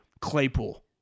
Claypool